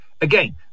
again